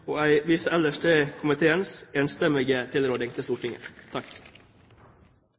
påske. Jeg viser ellers til komiteens enstemmige tilråding til Stortinget.